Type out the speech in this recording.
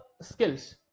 skills